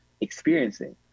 experiencing